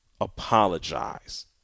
apologize